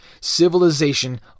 civilization